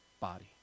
body